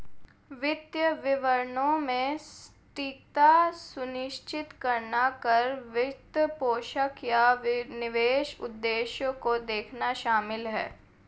वित्तीय विवरणों में सटीकता सुनिश्चित करना कर, वित्तपोषण, या निवेश उद्देश्यों को देखना शामिल हैं